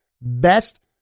best